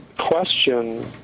question